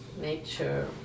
nature